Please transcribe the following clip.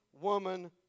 woman